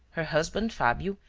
her husband, fabio,